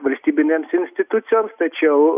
valstybinėms institucijoms tačiau